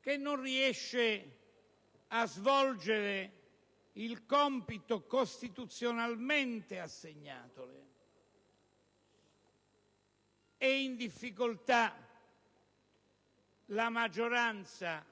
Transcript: che non riesce a svolgere il compito costituzionalmente assegnatole. È in difficoltà la maggioranza,